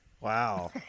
wow